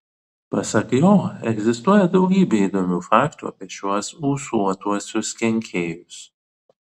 pasak jo egzistuoja daugybė įdomių faktų apie šiuos ūsuotuosius kenkėjus